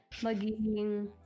maging